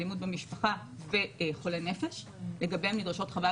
אלימות במשפחה וחולי נפש לגביהם נדרשות חוות